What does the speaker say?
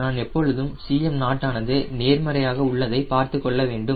நாம் எப்பொழுதும் Cm0 ஆனது நேர்மறையாக உள்ளதை பார்த்துக் கொள்ள வேண்டும்